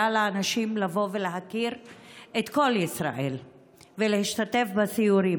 לאנשים לבוא ולהכיר את כל ישראל ולהשתתף בסיורים.